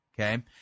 okay